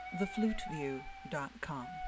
thefluteview.com